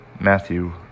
Matthew